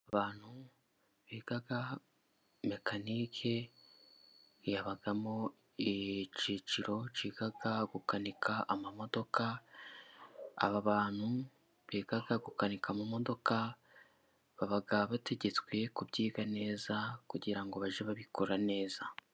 Abantu biga mekanike, yabagamo icyiciro cyiga gukanika amamodoka, aba abantu biga kukanika mu modoka, baba bategetswe kubyiga neza, kugira ngo bajye babikora neza.